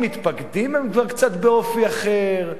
המתפקדים הם כבר קצת באופי אחר,